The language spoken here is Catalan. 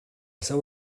seu